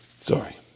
Sorry